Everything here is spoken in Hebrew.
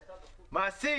מעסיק.